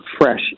fresh